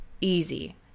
easy